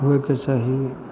होइके चाही